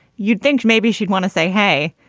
you'd think maybe she'd want to say hey.